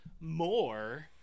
more